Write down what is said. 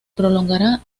prolongará